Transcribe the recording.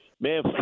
Man